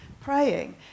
praying